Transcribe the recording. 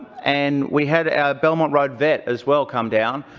and we had our belmont road vet as well come down.